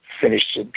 finished